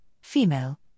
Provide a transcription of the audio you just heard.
Female